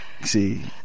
See